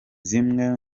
zimwe